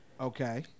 Okay